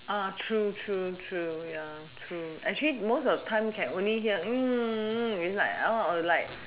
true true true ya true actually most of the time can only hear is like like